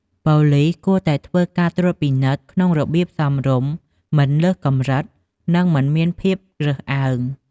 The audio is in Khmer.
ប៉ូលិសគួរតែធ្វើការត្រួតពិនិត្យក្នុងរបៀប សមរម្យ មិនលើសកម្រិត និងមិនមានភាពរើសអើង។